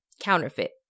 Counterfeit